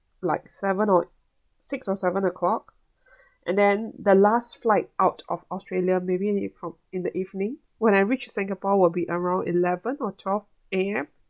like seven or six or seven O'clock and then the last flight out of australia maybe from in the evening when I reached singapore will be around eleven or twelve A_M